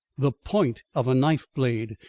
the point of a knife blade.